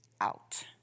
out